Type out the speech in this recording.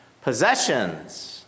possessions